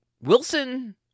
Wilson